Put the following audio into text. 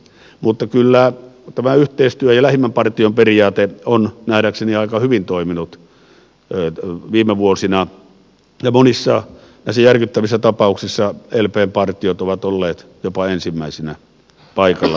mutta kyllä tämä yhteistyö ja lähimmän partion periaate on nähdäkseni aika hyvin toiminut viime vuosina ja monissa näissä järkyttävissä viimeaikaisissa tapahtumissa lpn partiot ovat olleet jopa ensimmäisinä paikalla